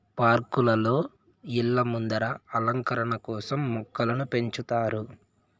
పార్కులలో, ఇళ్ళ ముందర అలంకరణ కోసం మొక్కలను పెంచుతారు